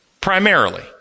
primarily